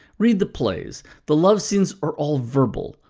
read the plays the love scenes are all verbal,